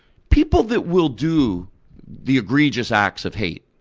people that will do the egregious acts of hate,